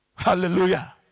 Hallelujah